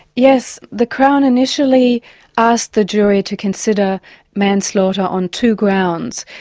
yes, the crown initially asked the jury to consider manslaughter on two grounds.